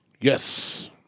Yes